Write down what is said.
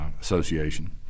association